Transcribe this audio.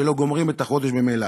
שלא גומרות את החודש ממילא.